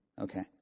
Okay